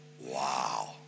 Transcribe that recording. wow